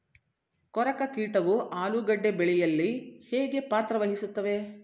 ಕೊರಕ ಕೀಟವು ಆಲೂಗೆಡ್ಡೆ ಬೆಳೆಯಲ್ಲಿ ಹೇಗೆ ಪಾತ್ರ ವಹಿಸುತ್ತವೆ?